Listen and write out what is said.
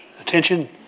Attention